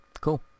Cool